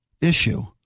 issue